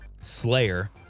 Slayer